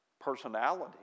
personality